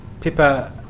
pippa,